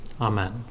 Amen